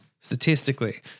Statistically